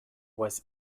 was